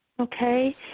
Okay